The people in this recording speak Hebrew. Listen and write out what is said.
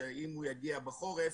שאולי יגיע בחורף,